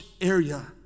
area